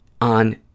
on